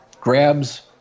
grabs